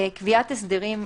קביעת הסדרים,